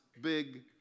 big